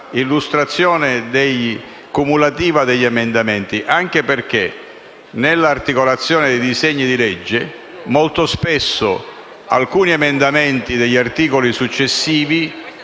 l'illustrazione cumulativa degli emendamenti, anche perché, nell'articolazione dei disegni di legge, molto spesso alcuni emendamenti di articoli successivi